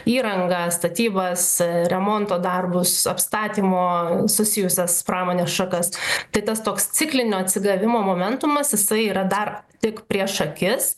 įrangą statybas remonto darbus apstatymo susijusias pramonės šakas tai tas toks ciklinio atsigavimo momentumas jisai yra dar tik prieš akis